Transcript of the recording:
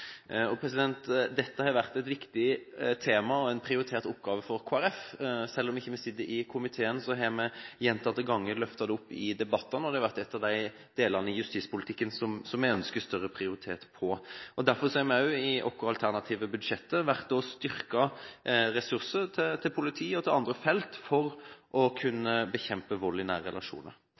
og som vil være av betydning for å bekjempe vold i nære relasjoner. Dette har vært et viktig tema og en prioritert oppgave for Kristelig Folkeparti. Selv om vi ikke sitter i komiteen, har vi gjentatte ganger løftet det opp i debattene. Det har vært en av de delene i justispolitikken som vi ønsker større prioritet på. Derfor har vi også i våre alternative budsjetter hvert år styrket ressursene til politi og andre felt for å kunne bekjempe vold i nære relasjoner.